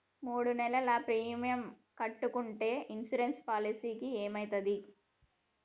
మూడు నెలలు ప్రీమియం కట్టకుంటే ఇన్సూరెన్స్ పాలసీకి ఏమైతది?